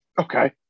Okay